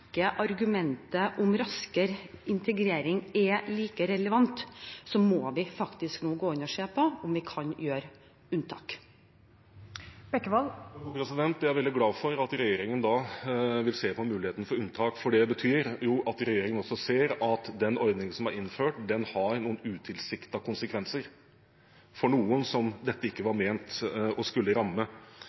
argumentet om raskere integrering ikke er like relevant, må vi faktisk nå gå inn og se på om vi kan gjøre unntak. Jeg er veldig glad for at regjeringen vil se på muligheten for unntak. Det betyr at også regjeringen ser at den ordningen som er innført, har noen utilsiktede konsekvenser for noen som dette ikke var ment å skulle ramme.